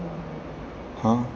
ਹਾਂ